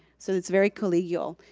so it's very collegial.